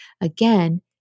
Again